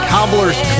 Cobbler's